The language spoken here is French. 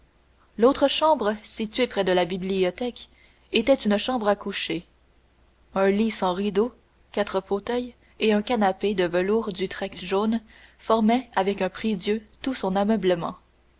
l'autre chambre située près de la bibliothèque était une chambre à coucher un lit sans rideaux quatre fauteuils et un canapé de velours d'utrecht jaune formaient avec un prie-dieu tout son ameublement